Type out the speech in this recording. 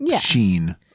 sheen